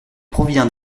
provient